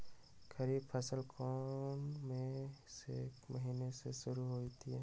खरीफ फसल कौन में से महीने से शुरू होता है?